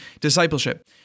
discipleship